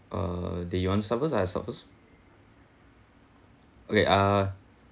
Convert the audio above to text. uh do you want to start first or I start first okay uh